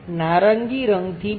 તેથી તે લાઈન અને ત્યાં લીલો રંગ છે